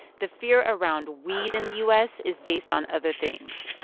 the fear around weed in the u s. is based on other things